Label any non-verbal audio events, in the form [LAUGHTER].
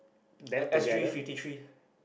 [NOISE] S S_G fifty three